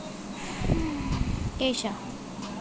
পাশ বই বন্দ করতে চাই সুবিধা পাওয়া যায় কি?